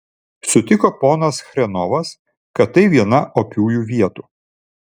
sutiko ponas chrenovas kad tai viena opiųjų vietų